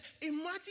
imagine